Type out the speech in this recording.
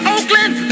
Oakland